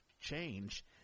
change